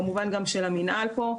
כמובן גם של המנהל פה,